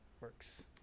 works